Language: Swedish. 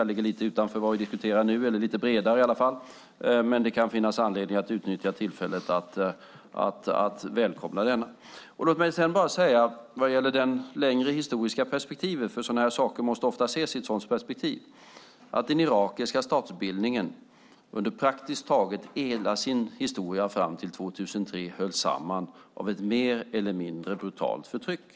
Det ligger lite utanför vad vi diskuterar nu eller är i alla fall lite bredare, men det kan finnas anledning att utnyttja tillfället att välkomna denna resolution. Låt mig sedan vad gäller det längre historiska perspektivet - sådana här saker måste ofta ses i ett sådant perspektiv - säga att den irakiska statsbildningen under praktiskt taget hela sin historia fram till 2003 hölls samman av ett mer eller mindre brutalt förtryck.